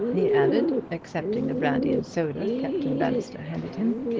he added, accepting the brandy-and-soda captain bannister handed him.